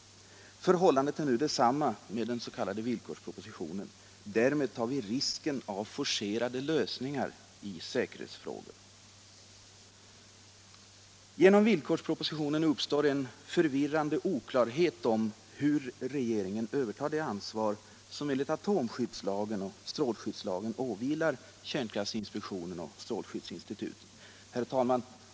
Förhållandet är nu detsamma med den s.k. villkorspropositionen. Därmed tar vi risken av forcerade lösningar i säkerhetsfrågan. Genom villkorspropositionen uppstår en förvirrande oklarhet om hur regeringen övertar det ansvar som enligt atomskyddslagen och strålskyddslagen åvilar kärnkraftsinspektionen och strålskyddsinstitutet. Herr talman!